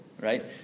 right